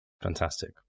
fantastic